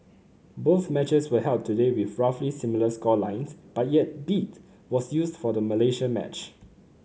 both matches were held today with roughly similar score lines but yet beat was used for the Malaysia match